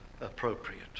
appropriate